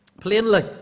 plainly